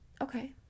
Okay